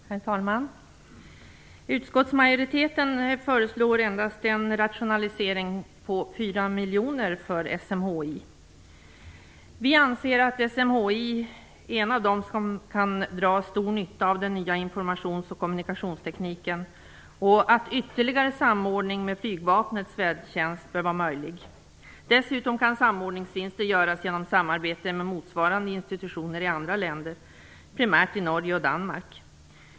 Herr talman! Utskottsmajoriteten föreslår endast en rationalisering motsvarande 4 miljoner inom SMHI. Vi anser att SMHI är en av dem som kan dra stor nytta av den nya informations och kommunikationstekniken och att en ytterligare samordning med flygvapnets vädertjänst bör vara möjlig. Dessutom kan samordningsvinster göras genom samarbete med motsvarande institutioner i andra länder, primärt i Norge och Danmark.